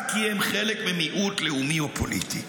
רק כי הם חלק ממיעוט לאומי ופוליטי.